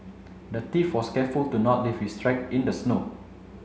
the thief was careful to not leave his track in the snow